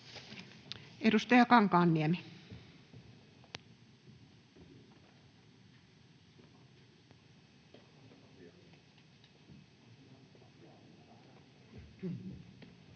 edustaja Kankaanniemi taisi